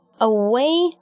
away